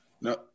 No